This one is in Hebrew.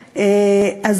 עם.